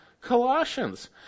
Colossians